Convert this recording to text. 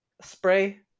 spray